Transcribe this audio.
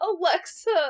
Alexa